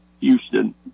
Houston